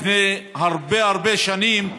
לפני הרבה הרבה שנים,